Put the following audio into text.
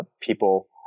people